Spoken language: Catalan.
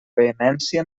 vehemència